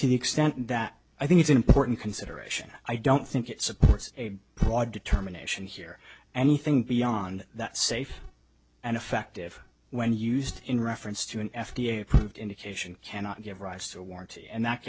to the extent that i think it's an important consideration i don't think it supports a broad determination here anything beyond that safe and effective when used in reference to an f d a approved indication cannot give rise to a warrant and that